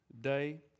day